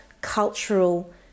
cultural